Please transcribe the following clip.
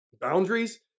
boundaries